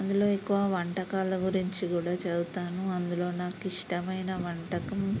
అందులో ఎక్కువ వంటకాల గురించి కూడా చదువుతాను అందులో నాకిష్టమైన వంటకం